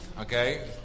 okay